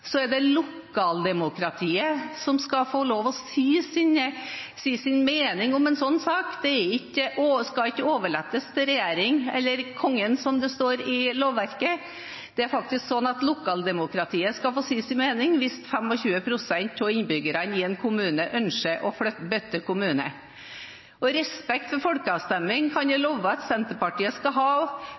Så er det lokaldemokratiet som skal få lov til å si sin mening om en sånn sak. Det skal ikke overlates til regjering eller Kongen, som det står i lovverket. Det er faktisk sånn at lokaldemokratiet skal få si sin mening hvis 25 pst. av innbyggerne i en kommune ønsker å bytte kommune. Å ha respekt for folkeavstemninger kan jeg love at Senterpartiet også skal ha